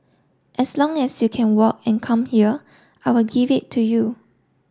as long as you can walk and come here I will give it to you